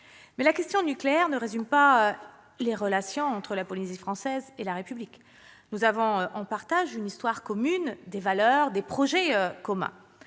Mais la question nucléaire ne résume pas les relations entre la Polynésie française et la République. Nous avons en partage une histoire, des valeurs, des projets communs.